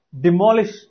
demolish